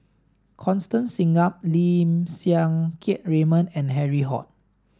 Constance Singam Lim Siang Keat Raymond and Harry Ord